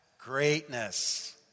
Greatness